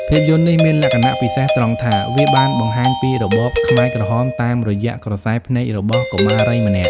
ភាពយន្តនេះមានលក្ខណៈពិសេសត្រង់ថា វាបានបង្ហាញពីរបបខ្មែរក្រហមតាមរយៈក្រសែភ្នែករបស់កុមារីម្នាក់។